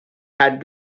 had